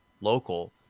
local